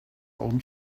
own